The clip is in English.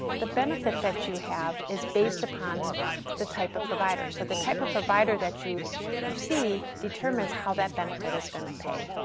the benefit that you have is based upon the type of provider, so the type of provider that you you see determines how that benefit is gonna pay.